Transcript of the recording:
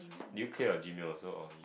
do you clear your Gmail also or